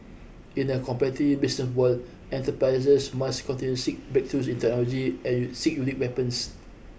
in a business world enterprises must continue seek breakthroughs in technology and seek unique weapons